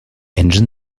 engine